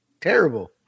Terrible